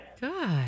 Good